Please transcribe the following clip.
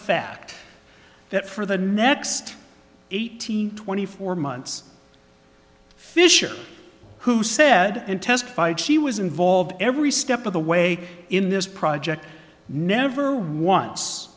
fact that for the next eighteen twenty four months fisher who said and testified she was involved every step of the way in this project never once